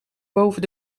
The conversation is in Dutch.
boven